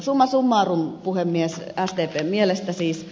summa summarum puhemies sdpn mielestä siis